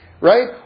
right